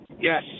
Yes